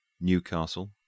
Newcastle